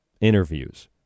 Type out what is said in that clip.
interviews